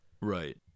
Right